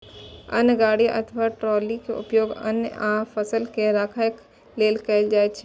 अन्न गाड़ी अथवा ट्रॉली के उपयोग अन्न आ फसल के राखै लेल कैल जाइ छै